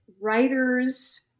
writers